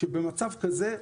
במצב כזה,